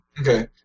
Okay